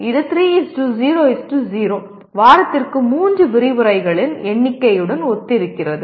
இது 3 0 0 வாரத்திற்கு 3 விரிவுரைகளின் எண்ணிக்கையுடன் ஒத்திருக்கிறது